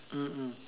mm mm